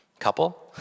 Couple